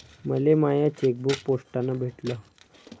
मले my chequebook पोस्टानं भेटल